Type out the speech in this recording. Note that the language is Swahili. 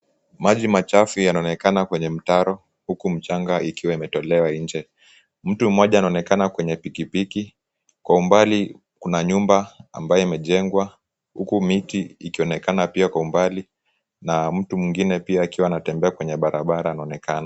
Maji machafu yanaonekana kwenye mtaro huku mchanga ikiwa imetolewa nje. Mtu mmoja anaonekana kwenye pikipiki, kwa umbali kuna nyumba ambayo imejengwa huku miti ikionekana pia kwa umbali na mtu mwingine pia akiwa anatembea kwenye barabara anaonekana.